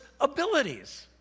abilities